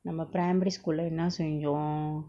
நம்ம:namma primary school leh என்ன செஞ்சோம்:enna senjom